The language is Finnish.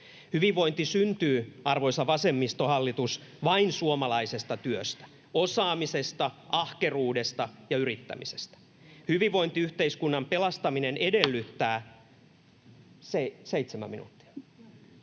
Hyvinvointi syntyy, arvoisa vasemmistohallitus, vain suomalaisesta työstä, osaamisesta, ahkeruudesta ja yrittämisestä. Hyvinvointiyhteiskunnan pelastaminen edellyttää...